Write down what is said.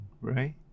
right